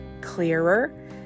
clearer